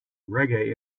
reggae